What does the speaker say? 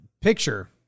picture